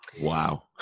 Wow